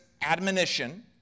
admonition